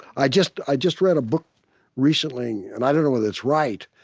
i just i just read a book recently, and i don't know whether it's right,